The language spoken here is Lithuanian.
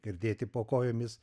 girdėti po kojomis